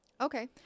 Okay